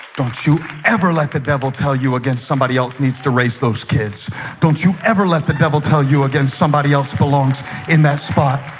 don't you ever let the devil tell you against somebody else needs to race those kids don't you ever let the devil tell you against somebody else belongs in that spot.